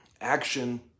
Action